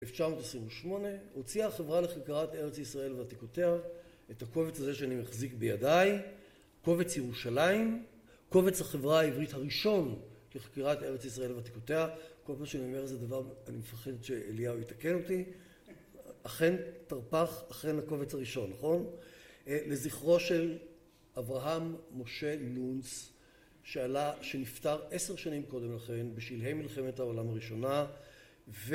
ב-1928 הוציאה החברה לחקירת ארץ ישראל ועתיקותיה את הקובץ הזה שאני מחזיק בידיי, קובץ ירושלים, קובץ החברה העברית הראשון לחקירת ארץ ישראל ועתיקותיה, כל פעם שאני אומר איזה דבר אני מפחד שאליהו יתקן אותי, אכן תרפ"ח, אכן הקובץ הראשון נכון? לזכרו של אברהם משה נונץ שעלה, שנפטר עשר שנים קודם לכן בשלהי מלחמת העולם הראשונה